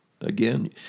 again